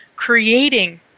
creating